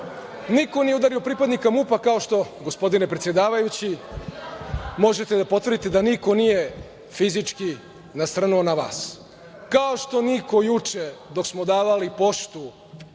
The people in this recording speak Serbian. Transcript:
čast. Niko nije udario pripadnika MUP-a, kao što, gospodine predsedavajući, možete da potvrdite da niko nije fizički nasrnuo na vas. Kao što niko juče dok smo davali poštu